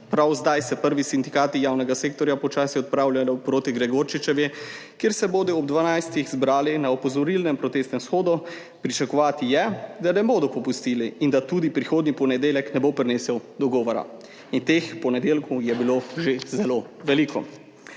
Prav zdaj se prvi sindikati javnega sektorja počasi odpravljajo proti Gregorčičevi, kjer se bodo ob 12. zbrali na opozorilnem protestnem shodu. Pričakovati je, da ne bodo popustili in da tudi prihodnji ponedeljek ne bo prinesel dogovora. In teh ponedeljkov je bilo že zelo veliko.